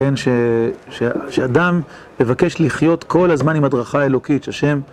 כן, שאדם מבקש לחיות כל הזמן עם הדרכה אלוקית, השם